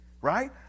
right